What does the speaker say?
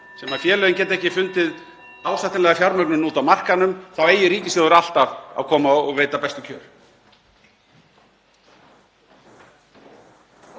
sem félögin geta ekki fundið ásættanlega fjármögnun úti á markaðnum þá eigi ríkissjóður alltaf að koma og veita bestu kjör.